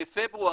בפברואר,